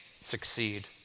succeed